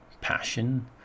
passion